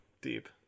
deep